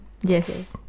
Yes